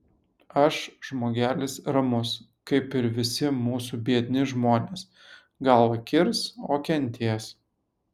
aš žmogelis ramus kaip ir visi mūsų biedni žmonės galvą kirs o kentės